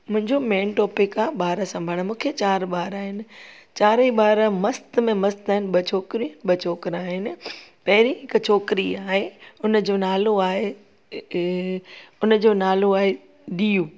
मुंहिंजो main topic आहे ॿार संभालणु मूंखे चार ॿार आहिनि चारईं ॿार मस्त में मस्तु आहिनि ॿ छोकिरियूं ॿ छोकरां आहिनि पहिरीं हिकु छोकिरी आहे उनजो नालो आहे उनजो नालो आहे दियू